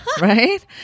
Right